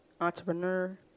entrepreneur